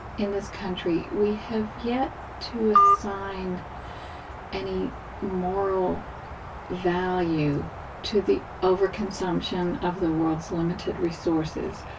in this country, we have yet to assign any moral value to the over-consumption of the world's limited resources.